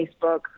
Facebook